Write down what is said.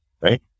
right